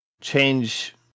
change